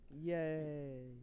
Yay